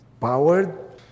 powered